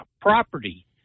property